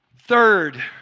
Third